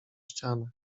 ścianę